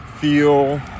feel